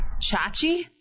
Chachi